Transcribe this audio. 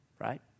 Right